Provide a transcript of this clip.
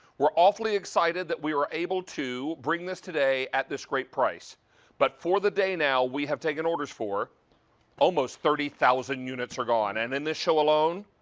we're awfully excited we were able to bring this today at this great price but for the day now, we have taken orders for almost thirty thousand units are gone. and in this show alone,